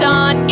on